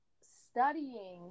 studying